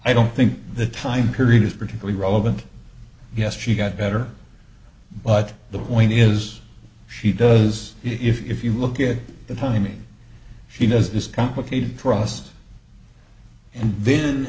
i don't think the time period is particularly relevant yes she got better but the point is she does if you look at the timing she knows this complicated trust and then